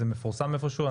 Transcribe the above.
זה מפורסם איזה שהוא?